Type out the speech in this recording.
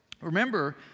Remember